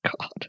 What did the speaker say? God